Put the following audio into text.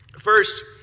First